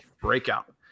breakout